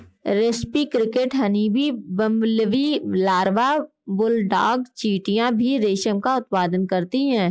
रेस्पी cricket, honeybee, bumblebee larva, bulldog चींटियां भी रेशम का उत्पादन करती हैं